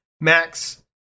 Max